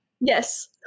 yes